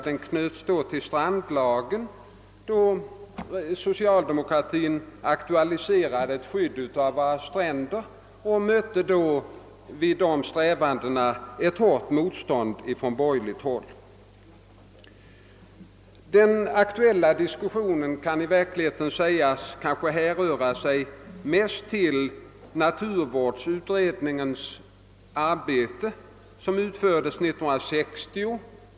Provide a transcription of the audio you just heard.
Den knöts då till strandlagen i samband med att socialdemokratin = aktualiserade «ett skydd av våra stränder, och man mötte i dessa strävanden ett hårt motstånd från borgerligt håll. Den aktuella diskussionen kan sägas till största delen grunda sig på naturvårdsutredningens arbete, som inleddes år 1960.